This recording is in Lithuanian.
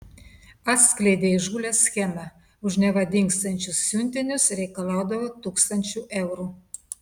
atskleidė įžūlią schemą už neva dingstančius siuntinius reikalaudavo tūkstančių eurų